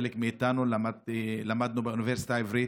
וחלקנו למדנו באוניברסיטה העברית.